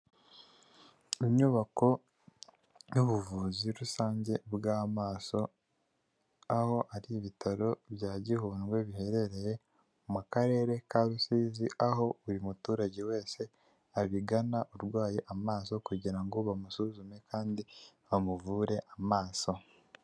Inyubako y'ubuvuzi rusange bw'amaso aho ari ibitaro bya gihundwe biherereye mu karere ka rusizi, aho buri muturage wese abigana urwaye amaso kugira ngo bamusuzume kandi bamuvure amaso.